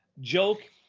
Joke